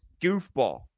goofball